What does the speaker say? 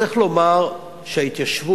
צריך לומר שההתיישבות,